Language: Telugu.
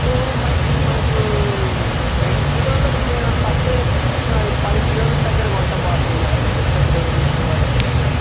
ఇప్పుడు మనకి మనకు రెండు కిలోలుకి నువ్వేమైనా తక్కువ చెప్తే నేను అవి పది కిలోల దగ్గర కొంటా బాపు మరి నువ్వు ఎట్లా బేరం చెప్తావో అది నీ ఇష్టం